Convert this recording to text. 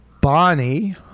Bonnie